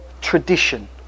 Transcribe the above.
tradition